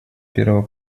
первого